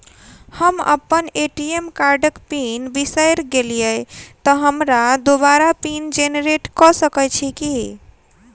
हम अप्पन ए.टी.एम कार्डक पिन बिसैर गेलियै तऽ हमरा दोबारा पिन जेनरेट कऽ सकैत छी की?